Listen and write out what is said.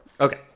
okay